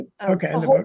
Okay